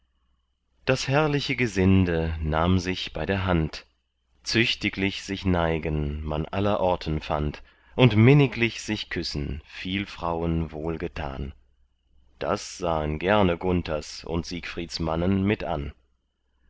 das herrliche gesinde nahm sich bei der hand züchtiglich sich neigen man allerorten fand und minniglich sich küssen viel frauen wohlgetan das sahen gerne gunthers und siegfrieds mannen mit an